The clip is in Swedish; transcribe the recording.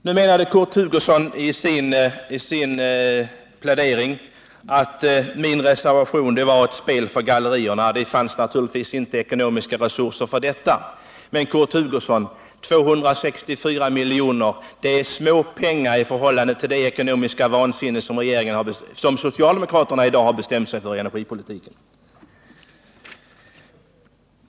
Nu menade Kurt Hugosson i sin plädering att min reservation var ett spel för galleriet. Det fanns naturligtvis inte ekonomiska resurser för detta. Men, Kurt Hugosson, 264 milj.kr. är småpengar i förhållande till det ekonomiska vansinne som socialdemokraterna i dag bestämt sig för i energipolitiken.